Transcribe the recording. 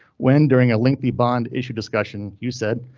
when, during a lengthy bond issue discussion you said,